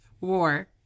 war